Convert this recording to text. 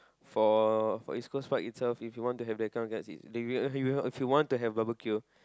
for for East-Coast-Park itself if you want to have that kind of seat if you want to have barbecue